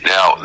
Now